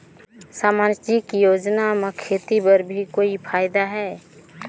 समाजिक योजना म खेती बर भी कोई फायदा है?